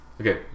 Okay